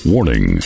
Warning